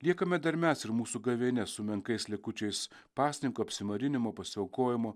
liekame dar mes ir mūsų gavėnia su menkais likučiais pasninko apsimarinimo pasiaukojimo